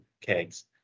kegs